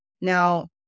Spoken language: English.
Now